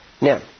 Now